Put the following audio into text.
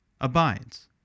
abides